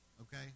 okay